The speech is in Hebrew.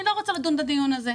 אני לא רוצה לדון בדיון הזה,